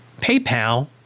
PayPal